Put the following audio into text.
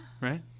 Right